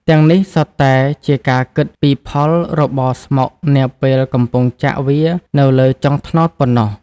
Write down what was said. ទាំងនេះសុទ្ធតែជាការគិតពីផលរបរស្មុគនាពេលកំពុងចាក់វានៅលើចុងត្នោតប៉ុណ្ណោះ។